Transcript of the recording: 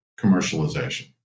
commercialization